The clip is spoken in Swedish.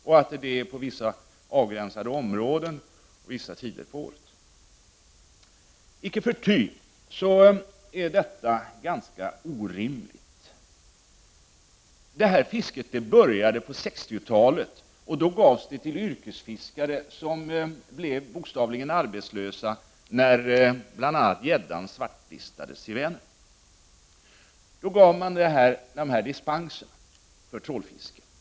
Det gäller på vissa avgränsade områden och på vissa tider på året. Icke förty är detta ganska orimligt. Detta fiske började på 60-talet, och då gavs licenserna till yrkesfiskare som blev bokstavligen arbetslösa när bl.a. gäddan svartlistades i Värnern. Då gavs dessa dispenser för trålfiske.